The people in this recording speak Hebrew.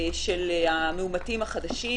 של המאומתים החדשים,